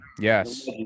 Yes